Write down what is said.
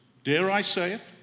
dare i say it,